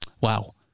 Wow